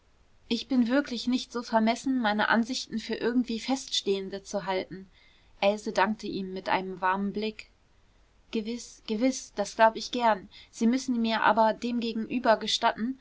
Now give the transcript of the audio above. ich bin wirklich nicht so vermessen meine ansichten für irgendwie feststehende zu halten else dankte ihm mit einem warmen blick gewiß gewiß das glaub ich gern sie müssen mir aber demgegenüber gestatten